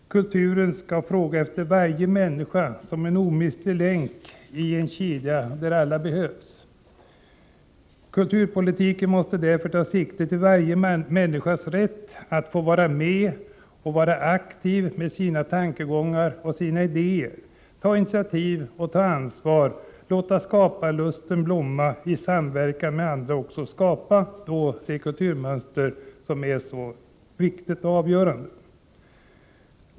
Kulturen skall fråga efter varje människa som en omistlig länk i en kedja där alla behövs. Kulturpolitiken måste därför ta sikte på varje människas rätt att få vara med på ett aktivt sätt, få dela med sig av sina tankar och idéer, ta initiativ och ansvar, låta skaparlusten blomma och i samverkan med andra skapa det kulturmönster som är så viktigt.